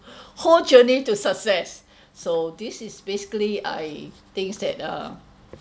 whole journey to success so this is basically I think that uh